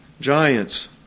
Giants